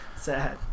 Sad